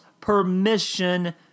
permission